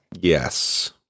Yes